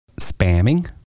spamming